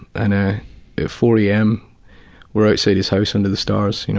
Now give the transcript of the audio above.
and ah at four am we're outside his house under the stars, you know